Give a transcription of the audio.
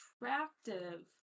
attractive